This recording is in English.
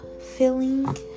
filling